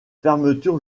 fermeture